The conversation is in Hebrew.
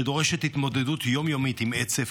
שדורשת התמודדות יום-יומית עם עצב,